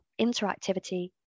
interactivity